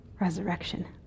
resurrection